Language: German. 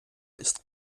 ist